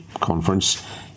Conference